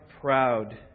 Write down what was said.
proud